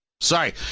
sorry